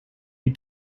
you